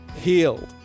healed